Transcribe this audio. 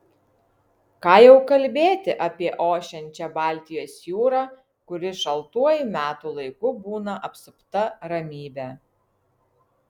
ką jau kalbėti apie ošiančią baltijos jūrą kuri šaltuoju metų laiku būna apsupta ramybe